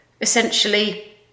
essentially